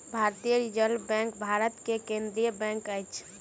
भारतीय reserve bank Bharat के केंद्रीय बैंक अछि